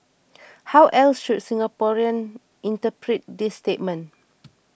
how else should Singaporeans interpret this statement